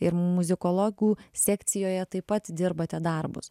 ir muzikologų sekcijoje taip pat dirbate darbus